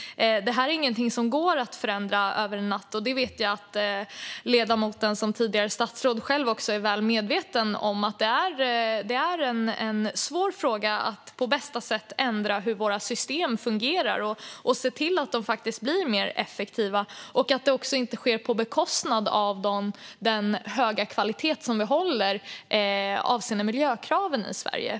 Det här är ingenting som går att förändra över en natt, och jag vet att ledamoten som tidigare statsråd själv också är väl medveten om att det är en svår fråga att på bästa sätt ändra hur våra system fungerar och se till att de blir mer effektiva och att detta inte sker på bekostnad av den höga kvalitet som vi håller avseende miljökraven i Sverige.